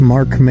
Mark